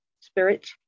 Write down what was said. spirit